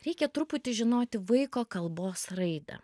reikia truputį žinoti vaiko kalbos raidą